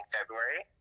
February